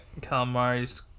calamari